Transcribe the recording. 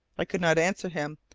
i could not answer him.